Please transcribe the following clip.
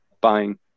buying